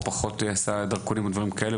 או פחות עשה דרכונים או דברים כאלה,